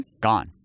Gone